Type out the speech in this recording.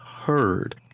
heard